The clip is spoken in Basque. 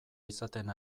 izaten